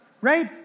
right